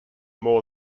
more